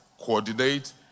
coordinate